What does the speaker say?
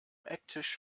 ecktisch